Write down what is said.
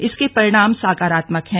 इसके परिणाम सकारात्मक हैं